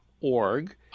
org